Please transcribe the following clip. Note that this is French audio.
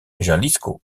jalisco